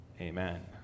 Amen